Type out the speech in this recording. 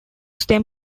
stem